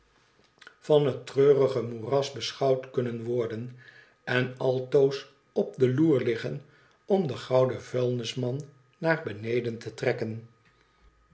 van het treurige moeras beschouwd kunnen worden en altoos op de loer liggen om den gouden vuilnisman naar beneden te trekken